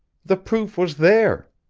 the proof was there!